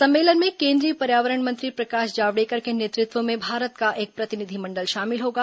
सम्मेलन में केंद्रीय पर्यावरण मंत्री प्रकाश जावड़ेकर के नेतृत्व में भारत का एक प्रतिनिधिमंडल शामिल होगा